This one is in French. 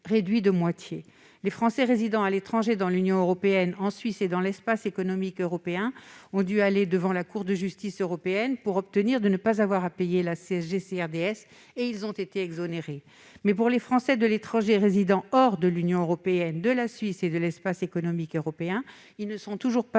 réduit de moitié. Les Français résidant à l'étranger dans l'Union européenne, en Suisse et dans l'Espace économique européen ont dû aller devant la Cour de justice de l'Union européenne pour obtenir d'être exonérés de CSG-CRDS. Mais les Français de l'étranger résidant hors de l'Union européenne, de la Suisse et de l'Espace économique européen ne sont toujours pas